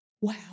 Wow